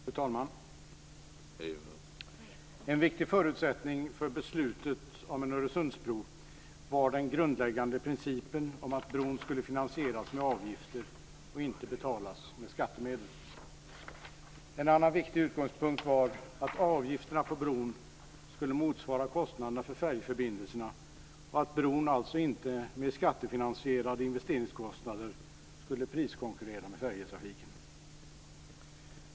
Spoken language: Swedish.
Fru talman! En viktig förutsättning för beslutet om en Öresundsbro var den grundläggande principen att bron skulle finansieras med avgifter och inte betalas av skattemedel. En annan viktig utgångspunkt var att avgifterna på bron skulle motsvara kostnaderna för färjeförbindelserna och att bron alltså inte med skattefinansierade investeringskostnader skulle priskonkurrera med färjetrafiken.